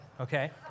Okay